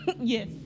Yes